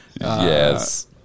Yes